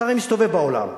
אתה מסתובב בעולם,